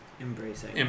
embracing